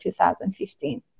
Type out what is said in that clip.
2015